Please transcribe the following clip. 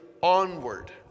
onward